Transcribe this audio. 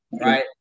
right